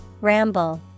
Ramble